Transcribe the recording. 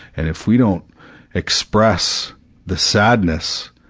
and if we don't express the sadness,